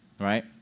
right